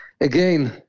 again